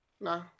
No